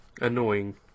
Annoying